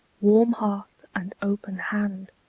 warm heart, and open hand